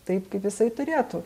taip kaip jisai turėtų